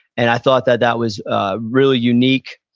and i thought that that was ah really unique.